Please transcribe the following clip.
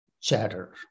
chatter